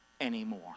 anymore